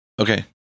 Okay